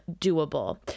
doable